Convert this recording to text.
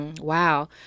Wow